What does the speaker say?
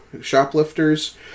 Shoplifters